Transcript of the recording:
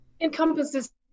encompasses